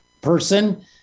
person